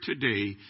today